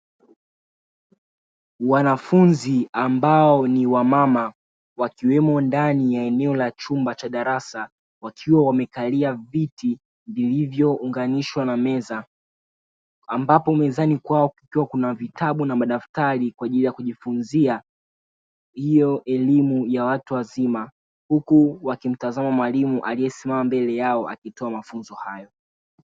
Wanafunzi ambao ni wamama wakiwemo ndani ya eneo la chumba cha darasa wakiwa wamekali viti vilivyounganishwa na meza, ambapo mezani kwao kukiwa na vitabu na madaftari kwa ajili ya kujifunzia hiyo elimu ya watu wazima huku wakimtazama mwalimu aliyesimama mbele yao akitoa mafunzo hayo.